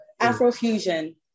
Afrofusion